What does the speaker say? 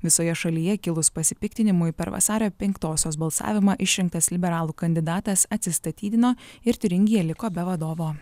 visoje šalyje kilus pasipiktinimui per vasario penktosios balsavimą išrinktas liberalų kandidatas atsistatydino ir tiuringija liko be vadovo